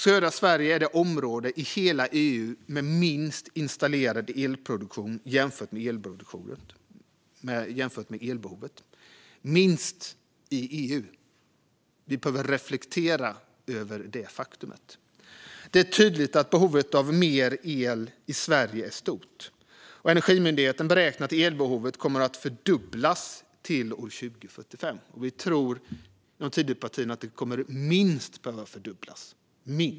Södra Sverige är det område i hela EU som har minst installerad elproduktion jämfört med elbehovet - minst i EU. Vi behöver reflektera över detta faktum. Det är tydligt att behovet av mer el i Sverige är stort. Energimyndigheten beräknar att elbehovet kommer att fördubblas till år 2045. Vi i Tidöpartierna tror att det kommer att minst fördubblas.